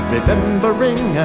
Remembering